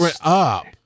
up